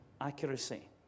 accuracy